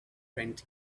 rent